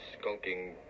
skulking